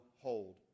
hold